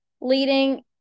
leading